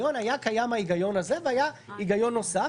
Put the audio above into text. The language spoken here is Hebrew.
היה קיים ההיגיון הזה והיה היגיון נוסף.